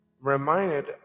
reminded